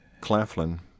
Claflin